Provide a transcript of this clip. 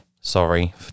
Sorry